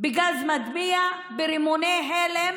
בגז מדמיע, ברימוני הלם,